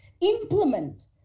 implement